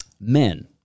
Men